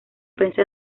prensa